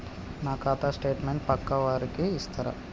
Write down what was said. నా ఖాతా స్టేట్మెంట్ పక్కా వారికి ఇస్తరా?